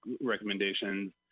recommendations